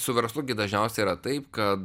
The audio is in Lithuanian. su verslu dažniausiai yra taip kad